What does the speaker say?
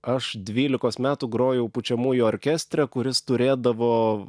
aš dvylikos metų grojau pučiamųjų orkestre kuris turėdavo